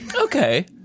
Okay